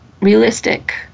realistic